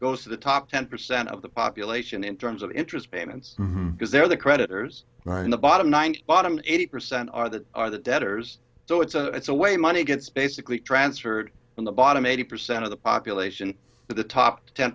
goes to the top ten percent of the population in terms of interest payments because they're the creditors are in the bottom ninety bottom eighty percent are that are the debtors so it's a it's a way money gets basically transferred from the bottom eighty percent of the population to the top ten